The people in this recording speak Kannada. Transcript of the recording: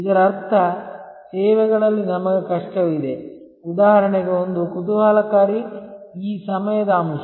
ಇದರರ್ಥ ಸೇವೆಗಳಲ್ಲಿ ನಮಗೆ ಕಷ್ಟವಿದೆ ಉದಾಹರಣೆಗೆ ಒಂದು ಕುತೂಹಲಕಾರಿ ಈ ಸಮಯದ ಅಂಶ